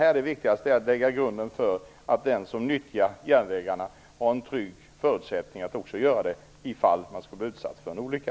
Det viktigaste är här att lägga grunden för att den som nyttjar järnvägarna har en trygg förutsättning att göra det också ifall man skulle bli utsatt för en olycka.